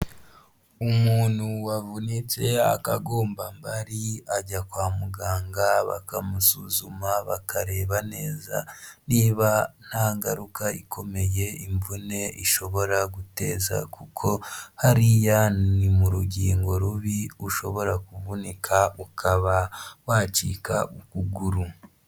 Umuntu wavunitse akagombambari ajya kwa muganga bakamusuzuma bakareba neza niba nta ngaruka ikomeye imvune ishobora guteza kuko hariya ni mu rugingo rubi ushobora kuvunika ukaba wacika ukuguru.